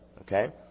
Okay